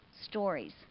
Stories